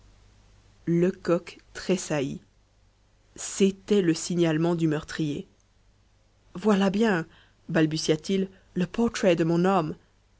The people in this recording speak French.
lecoq tressaillit c'était le signalement du meurtrier voilà bien balbutia-t-il le portrait de mon homme